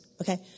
okay